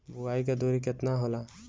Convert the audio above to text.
बुआई के दूरी केतना होला?